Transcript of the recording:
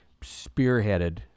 spearheaded